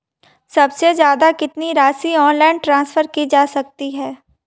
सबसे ज़्यादा कितनी राशि ऑनलाइन ट्रांसफर की जा सकती है?